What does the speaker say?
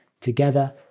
together